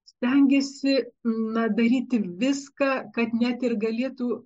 stengėsi na daryti viską kad net ir galėtų